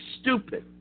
stupid